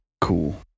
cool